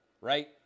right